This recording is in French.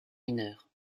mineure